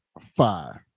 five